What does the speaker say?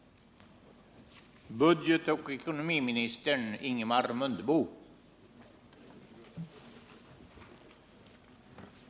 Äldre bestämmelser gäller vid 1979 års taxering och vid eftertaxering för år 1979 eller tidigare år.